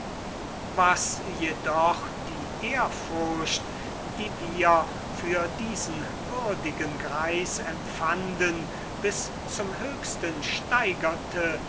was jedoch die ehrfurcht die wir für diesen würdigen greis empfanden bis zum höchsten steigerte